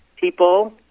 People